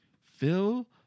Phil